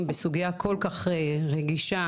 בסוגייה כל כך רגישה